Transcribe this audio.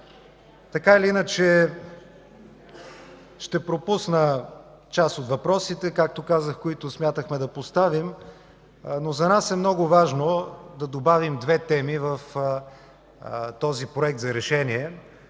Така или иначе ще пропусна част от въпросите, които, както казах, смятахме да поставим. Но за нас е много важно да добавим две теми в този Проект за решение.